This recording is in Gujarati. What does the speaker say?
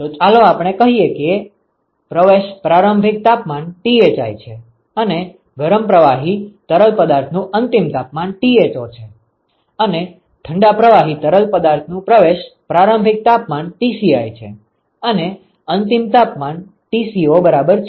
તો ચાલો આપણે કહી શકીએ કે પ્રવેશ પ્રારંભિક તાપમાન Thi છે અને ગરમ પ્રવાહી તરલ પદાર્થનું અંતિમ તાપમાન Tho છે અને ઠંડા પ્રવાહી તરલ પદાર્થનું પ્રવેશ પ્રારંભિક તાપમાન Tci છે અને અંતિમ તાપમાન Tco બરાબર છે